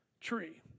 tree